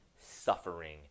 suffering